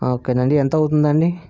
ఓకేనండి ఎంతవుతుందండి